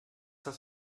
das